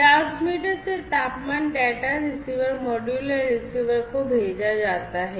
transmitter से तापमान data receiver module या रिसीवर को भेजा जाता है